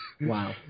Wow